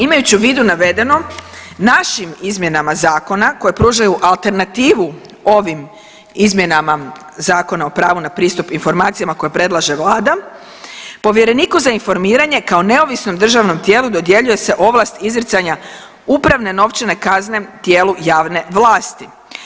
Imajući u vidu navedeno našim izmjenama zakona koje pružaju alternativu ovim izmjenama Zakona o pravu na pristup informacijama koje predlaže vlade, povjereniku za informiranje kao neovisnom državnom tijelu dodjeljuje se ovlast izricanja upravne novčane kazne tijelu javne vlasti.